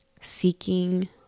seeking